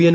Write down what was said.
N